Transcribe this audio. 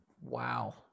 Wow